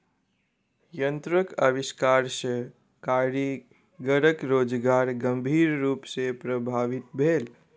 यंत्रक आविष्कार सॅ कारीगरक रोजगार गंभीर रूप सॅ प्रभावित भेल